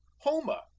homer,